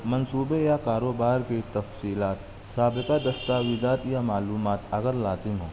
منصوبے یا کاروبار کی تفصیلات سابقہ دستاویزات یا معلومات اگر لازم ہو